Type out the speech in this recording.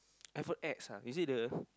iPhone X ah is it the